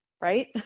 right